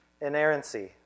inerrancy